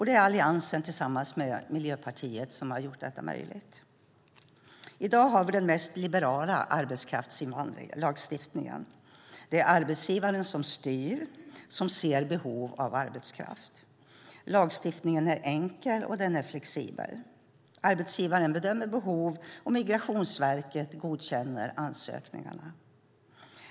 Det är Alliansen som tillsammans med Miljöpartiet har gjort detta möjligt. I dag har vi den mest liberala arbetskraftslagstiftningen. Det är arbetsgivaren som styr, som ser behov av arbetskraft. Lagstiftningen är enkel och flexibel. Arbetsgivaren bedömer behov, och Migrationsverket godkänner ansökningarna.